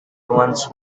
once